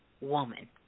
woman